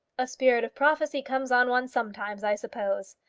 a spirit of prophecy comes on one sometimes, i suppose.